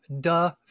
duh